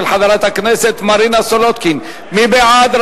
של חברת הכנסת מרינה סולודקין: מי בעד,